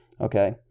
Okay